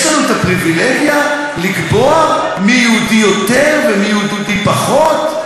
יש לנו פריבילגיה לקבוע מי יהודי יותר ומי יהודי פחות,